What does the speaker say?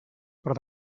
però